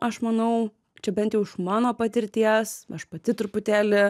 aš manau čia bent jau iš mano patirties aš pati truputėlį